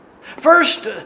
First